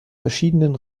verschiedenen